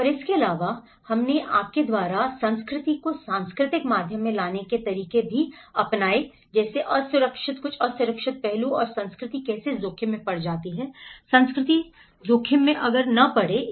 और इसके अलावा हम आपके द्वारा संस्कृति को सांस्कृतिक आयाम में लाने का तरीका भी जानते हैं असुरक्षित पहलू और संस्कृति कैसे जोखिम में पड़ जाती है संस्कृति जोखिम में पड़ जाती है